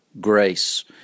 grace